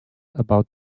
about